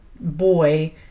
boy